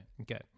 Okay